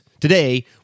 Today